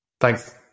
Thanks